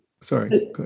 sorry